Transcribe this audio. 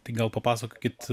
tai gal papasakokit